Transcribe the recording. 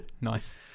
Nice